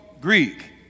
Greek